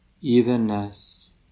evenness